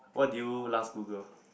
what did you last Google